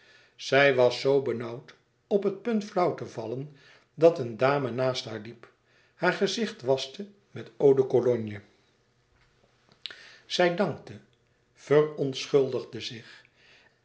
zij was zoo benauwd op het punt flauw te vallen dat eene dame naast haar hielp haar het gezicht waschte met eau de cologne zij dankte verontschuldigde zich